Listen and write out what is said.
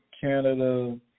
Canada